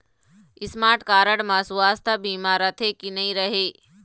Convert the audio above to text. Smart card म सुवास्थ बीमा रथे की नई रहे?